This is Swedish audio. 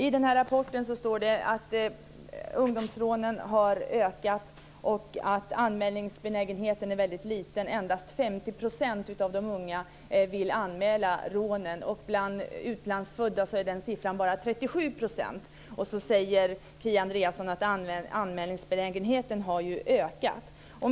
I rapporten står det att ungdomsrånen har ökat och att anmälningsbenägenheten är väldigt liten. Endast 50 % av de unga vill anmäla rånen. Bland utlandsfödda är den siffran bara 37 %. Och så säger Kia Andreasson att anmälningsbenägenheten har ökat.